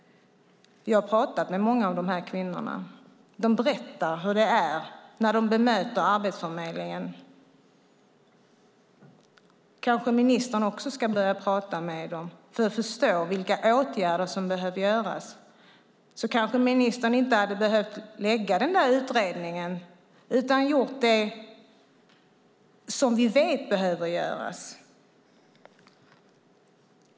Jag har pratat med många av de här kvinnorna. De berättar hur det är när de möter Arbetsförmedlingen. Kanske ministern också ska börja prata med dem för att förstå vilka åtgärder som behöver göras? Då kanske ministern inte hade behövt beställa den där utredningen utan gjort det vi vet behöver göras.